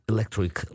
Electric